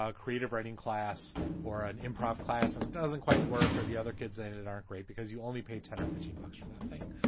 ah creative writing class or an improv class, and it doesn't quite work for the other kids and and it aren't great because you only pay ten or fifteen bucks for that thing.